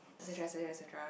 etcetera etcetera etcetera